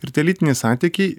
ir tie lytiniai santykiai